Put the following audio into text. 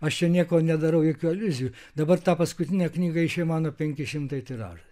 aš čia nieko nedarau jokių aliuzijų dabar tą paskutinę knygą išėjo mano penki šimtai tiražas